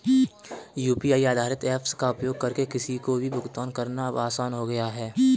UPI आधारित apps का उपयोग करके किसी को भी भुगतान करना अब आसान हो गया है